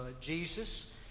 Jesus